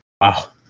Wow